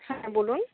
হ্যাঁ বলুন